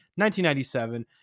1997